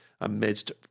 amidst